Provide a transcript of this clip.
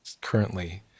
currently